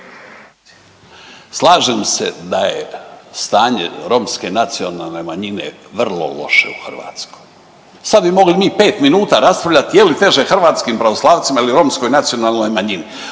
Slažem se da je stanje romske nacionalne manjine vrlo loše u Hrvatskoj. Sad bi mogli mi 5 minuta raspravljati je li teže hrvatskim pravoslavcima ili romskoj nacionalnoj manjini,